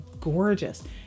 gorgeous